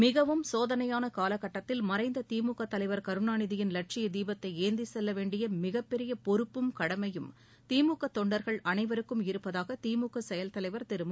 மிகவும் சோதனையான காலகட்டத்தில் மறைந்த திமுக தலைவர் கருணாநிதியின் லட்சிய தீபத்தை ஏந்தி செல்ல வேண்டிய மிகப் பெரிய பொறுப்பும் கடமையும் திமுக தொண்டர்கள் அனைவருக்கும் இருப்பதாக திமுக செயல் தலைவர் திரு மு